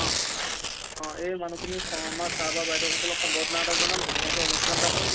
অঁ অঁ এই মানুহখিনি আমাৰ ছাৰ বা বাইদেউসকলক সম্বৰ্ধনা এটা জনাম ধুনীয়াকে অনুষ্ঠান এটা কৰিম